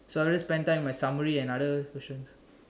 so I just spend time on my summary and other questions